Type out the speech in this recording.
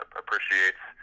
appreciates